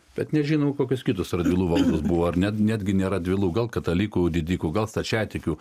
bet nežinoau kokios kitos radviloms buvo ar net netgi ne radvilų gal katalikų didikų gal stačiatikių